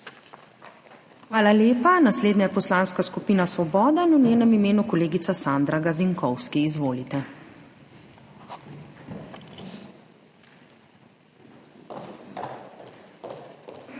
Hvala lepa. Naslednja je Poslanska skupina Svoboda, v njenem imenu kolegica Sandra Gazinkovski. Izvolite. **SANDRA